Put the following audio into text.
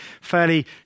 fairly